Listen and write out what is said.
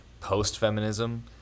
post-feminism